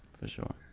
for sure.